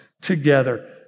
together